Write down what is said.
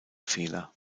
fehler